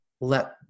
let